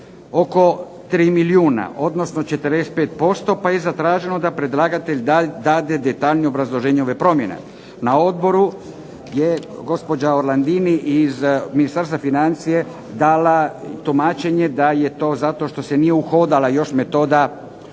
oko 3 milijuna, odnosno 45%. Pa je zatraženo da predlagatelj dade detaljnije obrazloženje ove promjene. Na odboru je gospođa Orlandini iz Ministarstva financija dala tumačenje da je to zato što se nije uhodala još metoda besplatne